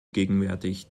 gegenwärtig